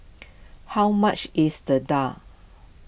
how much is the Daal